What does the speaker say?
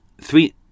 Three